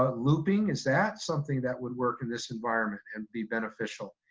ah looping, is that something that would work in this environment and be beneficial?